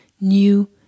new